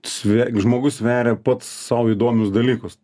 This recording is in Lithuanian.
sve žmogus sveria pats sau įdomius dalykus